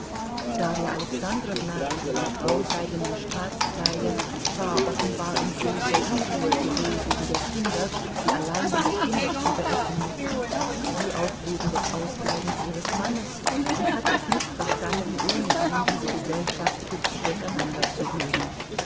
darja alexandrowna in ihrem grauseidenen staatskleide war offenbar in großer unruhe sowohl wegen der kinder die allein in der kinderstube essen mußten wie auch wegen des ausbleibens ihres mannes und hatte es nicht verstanden ohne ihn diese gesellschaft hübsch